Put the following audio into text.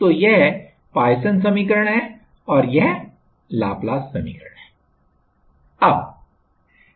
तोयह पॉइसन समीकरण है और यह लाप्लास समीकरण है